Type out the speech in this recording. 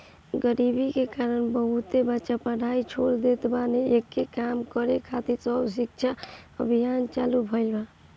गरीबी के कारण बहुते बच्चा पढ़ाई छोड़ देत बाने, एके कम करे खातिर सर्व शिक्षा अभियान चालु भईल